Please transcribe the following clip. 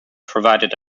provided